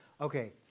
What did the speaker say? okay